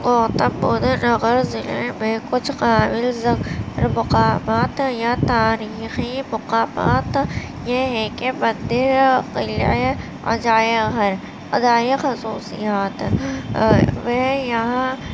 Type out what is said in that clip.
گوتم بدھ نگر ضلع میں کچھ قابل ذکر مقامات ہیں یہ تاریخی مقامات یہ ہیں کہ مندر اور قلعہ عجائب گھر خصوصیات ہیں وہ یہاں